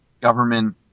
government